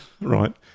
right